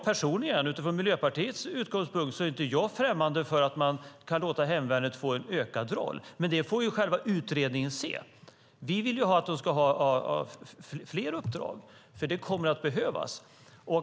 Personligen, utifrån Miljöpartiets utgångspunkt, är jag inte främmande för att man kan låta hemvärnet få en ökad roll. Men det får ju själva utredningen se. Vi vill att hemvärnet ska ha fler uppdrag, för det kommer att behövas.